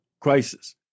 Crisis